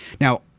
Now